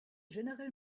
general